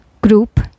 group